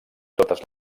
totes